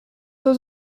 aux